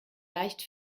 leicht